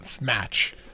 match